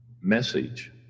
message